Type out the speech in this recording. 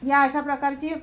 या अशा प्रकारची